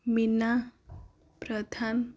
Meena Pradhan